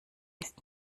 ist